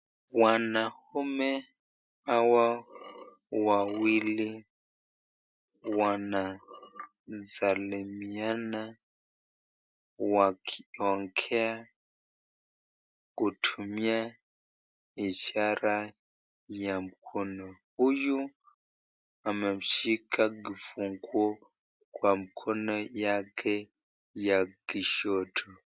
Wanaume hawa wawili wanasalimiana wakiongea kutumia ishara ya mkono, huyu ameshika kifunguo kwa mkono yake kushoto.